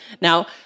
Now